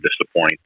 disappoint